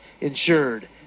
insured